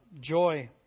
joy